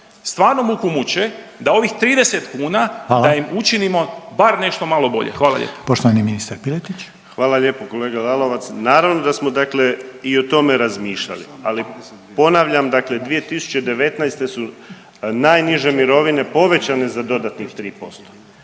stvarno muku muče da ovih 30 kuna da im učinimo bar nešto malo bolje, hvala lijepo. **Reiner, Željko (HDZ)** Hvala. Poštovani ministar Piletić. **Piletić, Marin (HDZ)** Hvala lijepo. Kolega Lalovac, naravno da smo dakle i o tome razmišljali, ali ponavljam dakle 2019. su najniže mirovine povećane za dodatnih 3%,